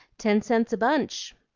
ten cents a bunch.